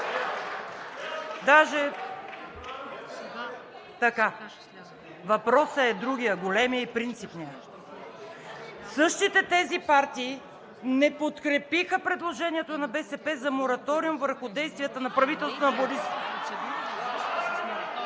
Въпросът е другият, големият, принципният. Същите тези партии не подкрепиха предложението на БСП за мораториум върху действията на правителството на Борисов.